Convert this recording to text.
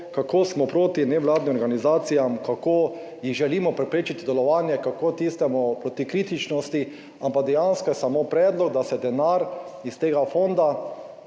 kako smo proti nevladnim organizacijam, kako jih želimo preprečiti delovanje, kako tistemu proti kritičnosti, ampak dejansko je samo predlog, da se denar iz tega fonda,